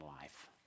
life